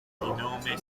nome